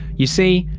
you see,